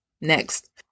Next